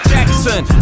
Jackson